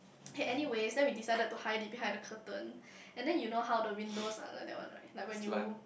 hey anyways then we decided to hide it behind the curtain and then you know how the windows are like that one right like when you